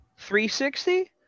360